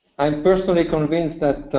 i'm personally convinced that